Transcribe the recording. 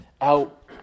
out